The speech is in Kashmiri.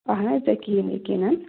اَہَن حظ یقیٖن یقیٖن